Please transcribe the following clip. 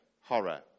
horror